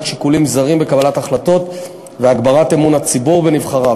שיקולים זרים בקבלת החלטות והגברת אמון הציבור בנבחריו.